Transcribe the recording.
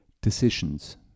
decisions